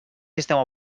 sistema